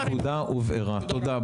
חבר הכנסת אחמד טיבי הנקודה הובהרה תודה.